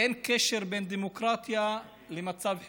אין קשר בין דמוקרטיה למצב חירום.